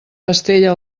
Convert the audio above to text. estella